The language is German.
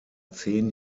zehn